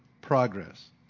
progress